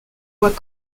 voit